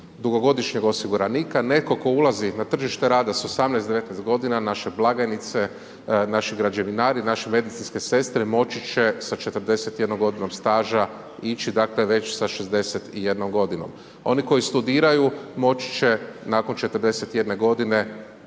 dugogodišnjeg osiguranika. Netko tko ulazi na tržište rada sa 18, 19 godina, naše blagajnice, naši građevinari, naše medicinske sestre moći će se 41 godinom staža ići dakle već sa 61 godinom. Oni koji studiraju moći će nakon 41 godine,